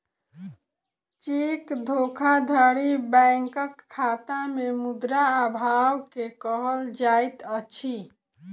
cheque धोखाधड़ी बैंकक खाता में मुद्रा अभाव के कहल जाइत अछि